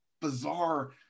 bizarre